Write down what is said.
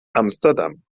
amsterdam